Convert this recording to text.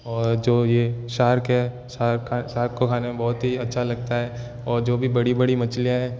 और जो ये शार्क है शार्क खा शार्क को खाने में बहुत ही अच्छा लगता है और जो भी बड़ी बड़ी मछलियाँ है